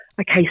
Okay